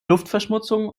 luftverschmutzung